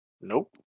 Nope